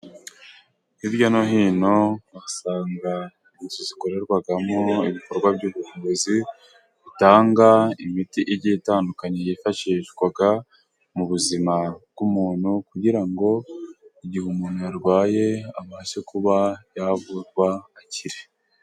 Hirya no hino usanga inzu zikorerwamo ibikorwa by'ubuvuzi， bitanga imiti igiye itandukanye yifashishwa mu buzima bw'umuntu， kugira ngo igihe umuntu arwaye， abashe kuba yavurwa agakira.